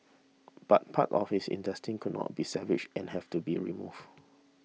but parts of his intestines could not be salvaged and have to be removed